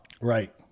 Right